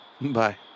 Bye